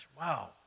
Wow